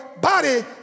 body